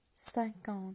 Cinquante